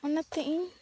ᱚᱱᱟᱛᱮ ᱤᱧ